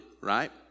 right